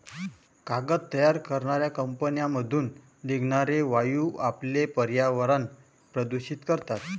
कागद तयार करणाऱ्या कंपन्यांमधून निघणारे वायू आपले पर्यावरण प्रदूषित करतात